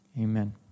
amen